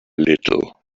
little